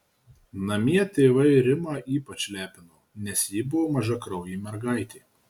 namie tėvai rimą ypač lepino nes ji buvo mažakraujė mergaitė